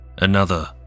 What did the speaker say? Another